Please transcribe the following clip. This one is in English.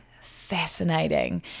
fascinating